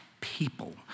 people